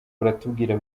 baratubwira